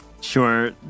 Sure